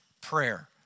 prayer